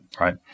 right